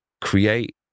Create